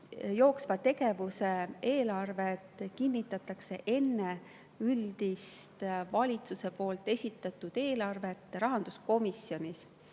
jooksva tegevuse eelarved kinnitatakse enne üldist valitsuse esitatud eelarvet rahanduskomisjonis.